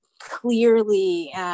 clearly